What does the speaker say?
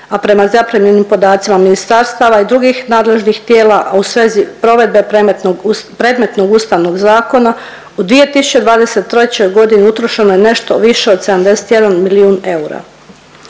a prema zaprimljenim podacima ministarstava i drugih nadležnih tijela, a u svezi provedbe predmetnog ustavnog zakona u 2023.g. utrošeno je nešto više od 71 milijun eura.